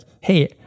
hey